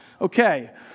Okay